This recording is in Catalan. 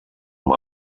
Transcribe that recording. amb